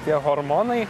tie hormonai